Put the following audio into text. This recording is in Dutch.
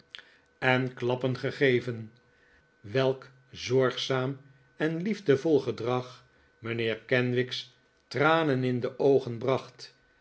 kind klappen gegeven welk zorgzaam en liefdevol gedrag mijnheer kenwigs tranen in de oogen bracht